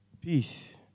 Peace